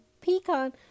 pecan